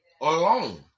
alone